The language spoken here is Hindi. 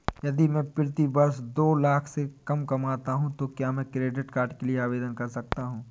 यदि मैं प्रति वर्ष दो लाख से कम कमाता हूँ तो क्या मैं क्रेडिट कार्ड के लिए आवेदन कर सकता हूँ?